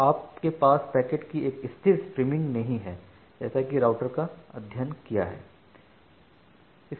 तो आपके पास पैकेट की एक स्थिर स्ट्रीम नहीं है जैसा कि राउटर का अध्ययन किया है